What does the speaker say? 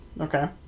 Okay